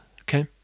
okay